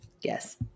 Yes